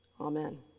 amen